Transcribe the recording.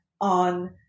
on